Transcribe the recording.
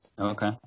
okay